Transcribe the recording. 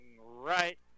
right